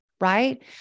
right